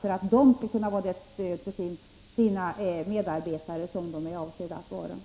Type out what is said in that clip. för att kunna vara det stöd för sina medarbetare som de är avsedda att vara.